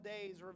days